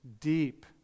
deep